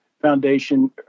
foundation